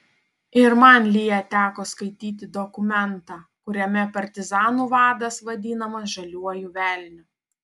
ir man lya teko skaityti dokumentą kuriame partizanų vadas vadinamas žaliuoju velniu